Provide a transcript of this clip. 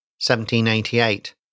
1788